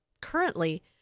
currently